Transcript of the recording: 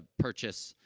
purchase,